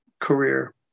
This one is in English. career